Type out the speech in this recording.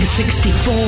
64